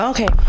Okay